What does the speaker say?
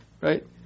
right